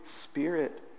Spirit